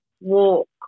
walk